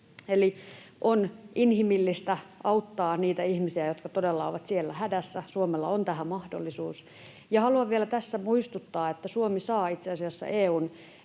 Eli on inhimillistä auttaa niitä ihmisiä, jotka todella ovat siellä hädässä. Suomella on tähän mahdollisuus. Ja haluan tässä vielä muistuttaa, että Suomi saa itse asiassa EU:n